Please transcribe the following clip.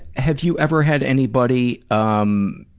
have you ever had anybody, um,